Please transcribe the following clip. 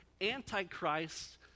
Antichrist